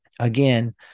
again